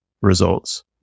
results